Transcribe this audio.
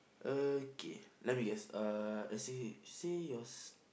okay let me guess uh I see see yours